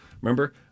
Remember